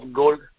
gold